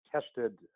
tested